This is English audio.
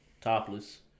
topless